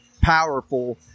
powerful